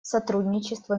сотрудничество